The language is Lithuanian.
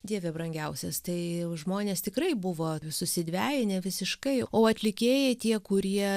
dieve brangiausias tai žmonės tikrai buvo susidvejinę visiškai o atlikėjai tie kurie